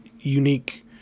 unique